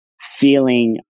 feeling